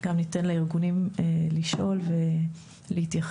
גם ניתן לארגונים לשאול ולהתייחס.